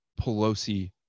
Pelosi